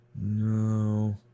no